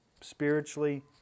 spiritually